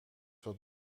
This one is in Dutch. wat